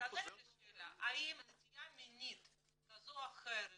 --- תענה לשאלה, האם נטייה מינית כזו או אחרת